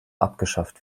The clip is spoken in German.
abgeschafft